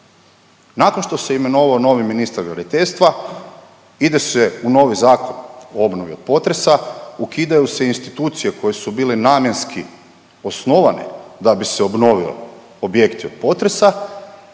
Nakon što se imenovao novi ministar graditeljstva ide se u novi Zakon o obnovi od potresa, ukidaju se institucije koje su bile namjenski osnovane da bi se obnovili objekti od potresa,